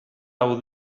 hau